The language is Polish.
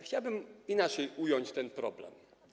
Chciałbym inaczej ująć ten problem.